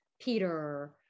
Peter